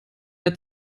eine